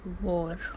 war